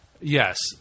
Yes